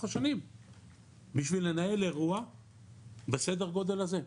השנים בשביל לנהל אירוע בסדר הגודל הזה.